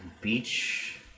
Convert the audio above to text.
beach